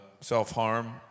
self-harm